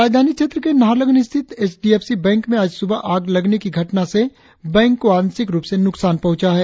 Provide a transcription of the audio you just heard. राजधानी क्षेत्र के नाहरलगुन स्थित H D F C bank में आज सुबह आग लगने की घटना से बैंक को आंशिक रुप से नुकसान हुआ है